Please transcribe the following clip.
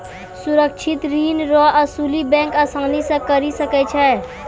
सुरक्षित ऋण रो असुली बैंक आसानी से करी सकै छै